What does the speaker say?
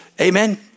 Amen